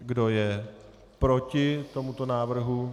Kdo je proti tomuto návrhu?